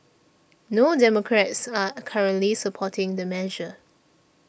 no Democrats are currently supporting the measure